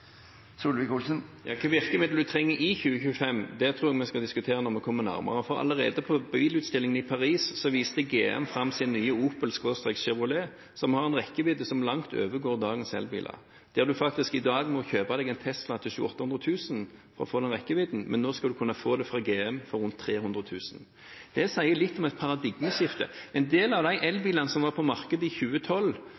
Hvilke virkemidler vi trenger i 2025, tror jeg vi skal diskutere når vi kommer nærmere, for allerede på bilutstillingen i Paris viste GM fram sin nye Opel/Chevrolet, som har en rekkevidde som langt overgår dagens elbiler. I dag må man kjøpe en Tesla til 700 000–800 000 kr for å få den rekkevidden man nå skal kunne få fra GM for rundt 300 000 kr. Det sier litt om paradigmeskiftet. En del av de